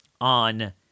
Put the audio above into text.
on